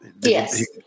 Yes